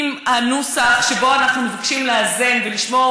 עם נוסח שבו אנחנו מבקשים לאזן ולשמור